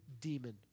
demon